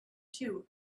too